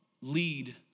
lead